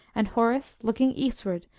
and horace, looking eastward,